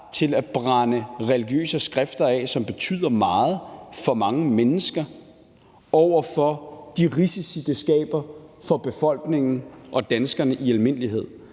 til at afbrænde religiøse skrifter, som betyder meget for mange mennesker, over for de risici, det skaber for befolkningen og danskerne i almindelighed.